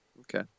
Okay